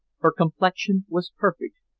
her complexion was perfect,